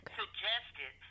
suggested